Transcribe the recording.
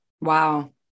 Wow